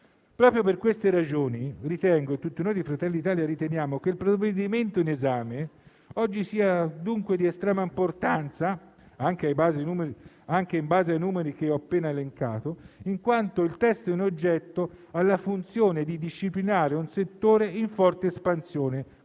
Proprio per queste ragioni ritengo, e tutti noi di Fratelli d'Italia riteniamo, che il provvedimento oggi in esame sia di estrema importanza, anche in base ai numeri che ho appena elencato, in quanto ha la funzione di disciplinare un settore in forte espansione,